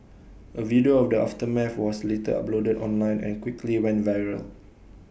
A video of the aftermath was later uploaded online and quickly went viral